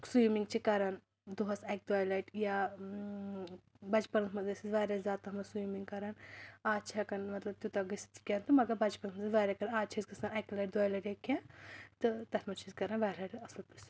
swimming چھِ کَران دۄہَس اَکہِ دۄیہِ لَٹہِ یا بَچَپنَس منٛز ٲسۍ أسۍ واریاہ زیادٕ تَتھ منٛز سٕومِنٛگ کَران آز چھِ ہیٚکان مطلب تیوٗتاہ گٔژھِتھ کیٚنٛہہ تہٕ مگر بَچپَنَس منٛز ٲسۍ واریاہ کَران آز چھِ أسۍ گژھان اَکہِ لَٹہِ دۄیہِ لَٹہِ یا کیٚنٛہہ تہٕ تَتھ منٛز چھِ أسۍ کَران واریاہ لَٹہِ اصٕل پٲٹھۍ